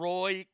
Roy